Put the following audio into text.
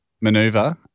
maneuver